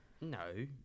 No